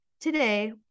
today